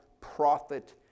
prophet